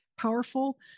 powerful